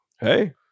hey